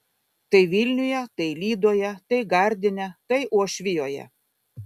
tai vilniuje tai lydoje tai gardine tai uošvijoje